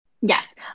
Yes